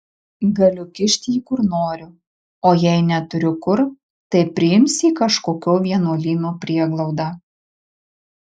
galiu kišt jį kur noriu o jei neturiu kur tai priims į kažkokio vienuolyno prieglaudą